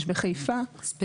יש בחיפה,